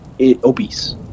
obese